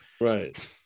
right